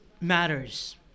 matters